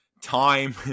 time